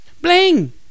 Bling